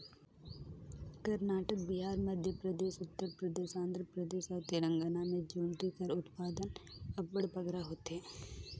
करनाटक, बिहार, मध्यपरदेस, उत्तर परदेस, आंध्र परदेस अउ तेलंगाना में जोंढरी कर उत्पादन अब्बड़ बगरा होथे